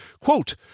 quote